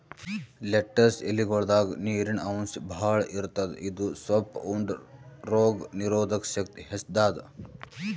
lettuce ಎಲಿಗೊಳ್ದಾಗ್ ನೀರಿನ್ ಅಂಶ್ ಭಾಳ್ ಇರ್ತದ್ ಇದು ಸೊಪ್ಪ್ ಉಂಡ್ರ ರೋಗ್ ನೀರೊದಕ್ ಶಕ್ತಿ ಹೆಚ್ತಾದ್